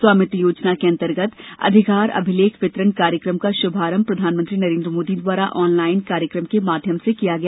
स्वामित्व योजना के अंतर्गत अधिकार अभिलेख वितरण कार्यक्रम का शुभारंभ प्रधानमंत्री नरेंद्र मोदी द्वारा ऑनलाइन कार्यक्रम के माध्यम से किया गया